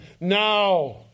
now